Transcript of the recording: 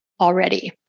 already